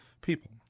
people